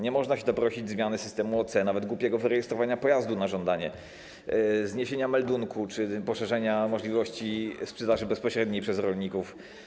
Nie można się doprosić zmiany systemu OC, nawet głupiego wyrejestrowania pojazdu na żądanie, zniesienia meldunku czy poszerzenia możliwości sprzedaży bezpośredniej przez rolników.